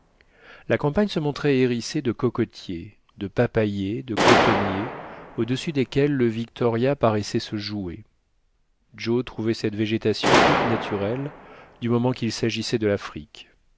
la campagne se montrait hérissée de cocotiers de papayers de cotonniers au-dessus desquels le victoria paraissait se jouer joe trouvait cette végétation toute naturelle du moment qu'il s'agissait de l'afrique